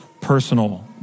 personal